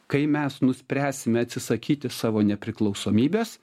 kai mes nuspręsime atsisakyti savo nepriklausomybės